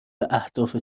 اهداف